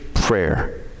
prayer